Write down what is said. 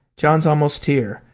john's almost here.